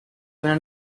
pero